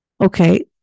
Okay